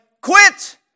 quit